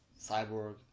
Cyborg